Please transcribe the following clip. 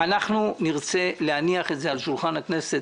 אנחנו נרצה להניח את זה על שולחן הכנסת